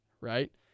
right